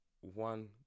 one